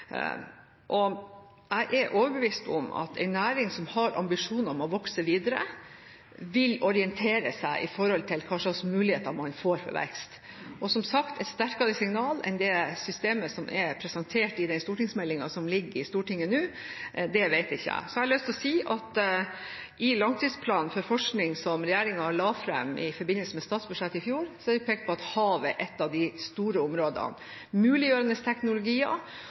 mer. Jeg er overbevist om at en næring som har ambisjoner om å vokse videre, vil orientere seg mot hva slags muligheter man får for vekst. Som sagt, et sterkere signal enn det systemet som er presentert i de stortingsmeldingene som ligger i Stortinget nå, vet ikke jeg om. Så har jeg lyst til å si at i langtidsplanen for forskning, som regjeringen la fram i forbindelse med statsbudsjettet i fjor, er det pekt på at havet er et av de store områdene når det gjelder muliggjørende teknologier.